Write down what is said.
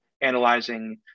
analyzing